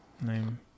name